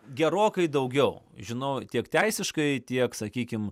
gerokai daugiau žinau tiek teisiškai tiek sakykim